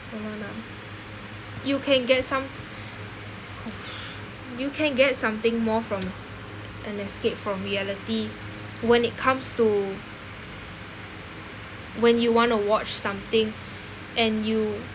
hold on ah you can get some you can get something more from an escape from reality when it comes to when you want to watch something and you